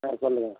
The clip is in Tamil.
சரி சொல்லுங்கள்